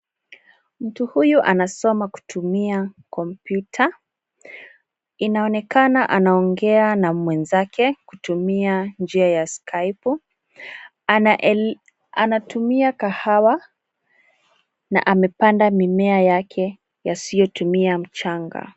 Mtu huyu anasoma kutumia kompyuta. Inaonekana anaongea na mwenzake kutumia njia ya Skype. Anatumia kahawa na amepanda mimea yake yasiyotumia mchanga.